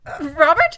Robert